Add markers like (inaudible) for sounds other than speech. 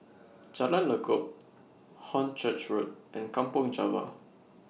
(noise) Jalan Lekub Hornchurch Road and Kampong Java